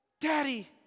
Daddy